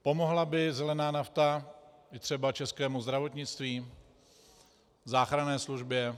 Pomohla by zelená nafta i třeba českému zdravotnictví, záchranné službě?